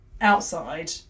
outside